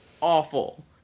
awful